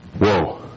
Whoa